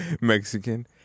Mexican